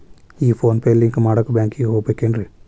ಈ PhonePe link ಮಾಡಾಕ ಬ್ಯಾಂಕಿಗೆ ಹೋಗ್ಬೇಕೇನ್ರಿ?